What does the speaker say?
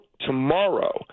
tomorrow